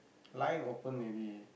line open already